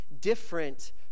different